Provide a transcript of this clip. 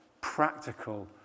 practical